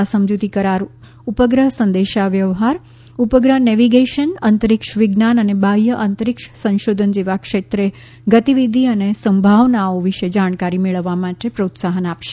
આ સમજૂતી કરાર ઉપગ્રહ સંદેશાવ્યવહાર ઉપગ્રહ નેવીગેશન અંતરિક્ષ વિજ્ઞાન અને બાહ્ય અંતરિક્ષ સંશોધન જેવા ક્ષેત્રે ગતિવિધિ અને સંભાવનોઓ વિશે જાણકારી મેળવવા માટે પ્રોત્સાહન આપશે